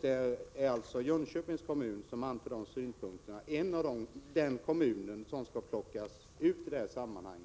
Det är alltså Jönköpings kommun som anför detta — en av de kommuner som skall plockas ut i detta sammanhang.